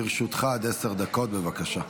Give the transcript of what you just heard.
לרשותך עד עשר דקות, בבקשה.